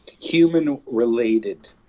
human-related